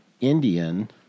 Indian